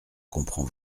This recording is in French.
comprend